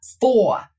four